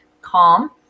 calm